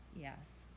Yes